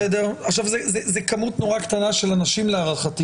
מדובר בכמות נורא קטנה של אנשים להערכתי,